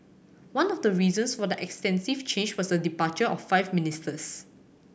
one of the reasons for the extensive change was the departure of five ministers